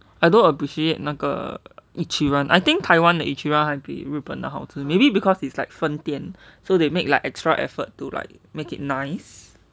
I don't appreciate 那个 ichiran I think taiwan 的 ichiran 还比日本的好吃 maybe because it's like 分店 so they make like extra effort to like make it nice